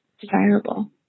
desirable